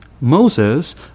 Moses